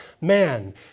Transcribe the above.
man